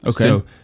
Okay